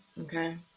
Okay